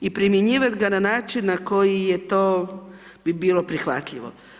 I primjenjivat ga na način na koji je to bi bilo prihvatljivo.